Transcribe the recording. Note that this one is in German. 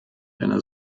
einer